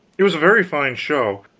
it was a very fine show.